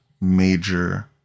major